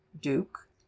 Duke